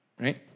right